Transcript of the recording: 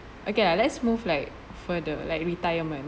okay let's move like further like retirement